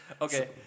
Okay